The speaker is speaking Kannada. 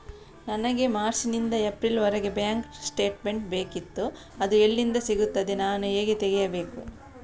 ನನಗೆ ಮಾರ್ಚ್ ನಿಂದ ಏಪ್ರಿಲ್ ವರೆಗೆ ಬ್ಯಾಂಕ್ ಸ್ಟೇಟ್ಮೆಂಟ್ ಬೇಕಿತ್ತು ಅದು ಎಲ್ಲಿಂದ ಸಿಗುತ್ತದೆ ನಾನು ಹೇಗೆ ತೆಗೆಯಬೇಕು?